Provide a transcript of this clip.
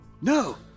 No